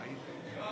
טעיתי.